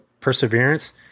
perseverance